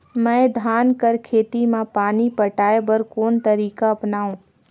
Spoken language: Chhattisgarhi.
मैं धान कर खेती म पानी पटाय बर कोन तरीका अपनावो?